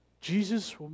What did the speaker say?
Jesus